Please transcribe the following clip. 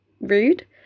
rude